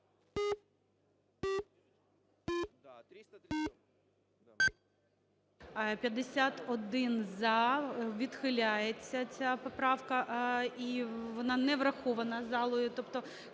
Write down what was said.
За-51 Відхиляється ця поправка, і вона не врахована залою.